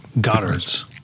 Goddard's